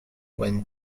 when